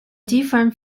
different